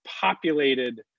populated